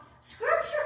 Scripture